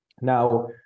now